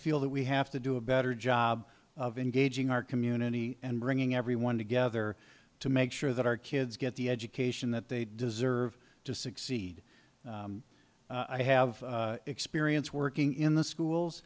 feel that we have to do a better job of engaging our community and bringing everyone together to make sure that our kids get the education that they deserve to succeed i have experience working in the